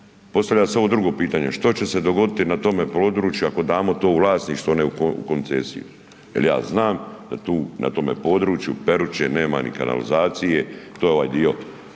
Postavlja se ovo drugo pitanje što će se dogoditi na tome području ako damo to u vlasništvo a ne u koncesiju. Jer ja znam da tu na tome području Peruće nema ni kanalizacije, to je ovaj dio,